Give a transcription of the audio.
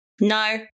No